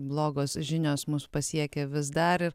blogos žinios mus pasiekia vis dar ir